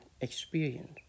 experience